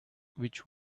which